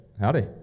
Howdy